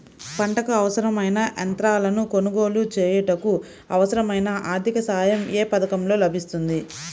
పంటకు అవసరమైన యంత్రాలను కొనగోలు చేయుటకు, అవసరమైన ఆర్థిక సాయం యే పథకంలో లభిస్తుంది?